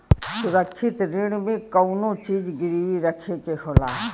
सुरक्षित ऋण में कउनो चीज गिरवी रखे के होला